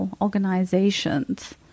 organizations